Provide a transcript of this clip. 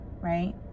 right